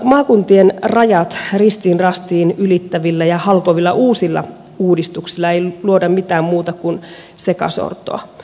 maakuntien rajat ristiin rastiin ylittävillä ja halkovilla uusilla uudistuksilla ei luoda mitään muuta kuin sekasortoa